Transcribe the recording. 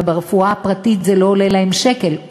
וברפואה הפרטית זה לא עולה להם שקל,